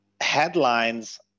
headlines